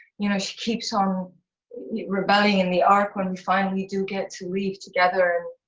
you know she keeps on rebelling in the arc when we finally do get to leave together.